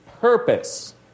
purpose